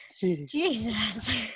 Jesus